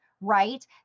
right